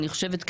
אני חושבת,